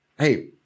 hey